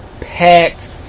packed